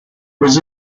was